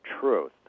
truth